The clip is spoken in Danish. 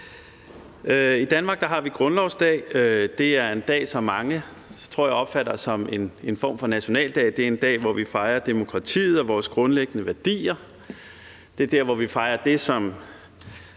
I Danmark har vi grundlovsdag. Det er en dag, som jeg tror mange opfatter en form for nationaldag. Det er en dag, hvor vi fejrer demokratiet og vores grundlæggende værdier. Det er der, hvor vi fejrer det, som